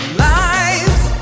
lives